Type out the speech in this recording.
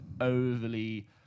overly